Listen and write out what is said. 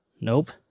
nope